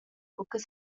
buca